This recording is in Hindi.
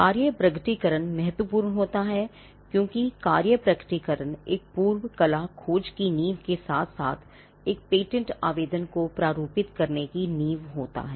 कार्य प्रकटीकरण महत्वपूर्ण होता है क्योंकि कार्य प्रकटीकरण एक पूर्व कला खोज की नींव के साथ साथ एक पेटेंट आवेदन को प्रारूपित करने की नींव होता है